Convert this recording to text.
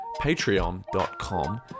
patreon.com